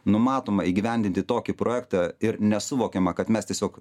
numatoma įgyvendinti tokį projektą ir nesuvokiama kad mes tiesiog